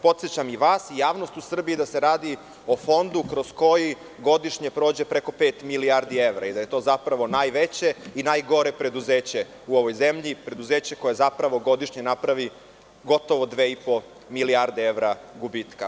Podsećam i vas i javnost u Srbiji da se radi o Fondu kroz koji godišnje prođe preko pet milijardi evra i da je to zapravo najveće i najgore preduzeće u ovoj zemlji, preduzeće koje zapravo godišnje napravi gotovo 2,5 milijarde evra gubitka.